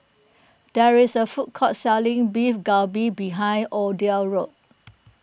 there is a food court selling Beef Galbi behind Odell's house